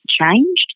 changed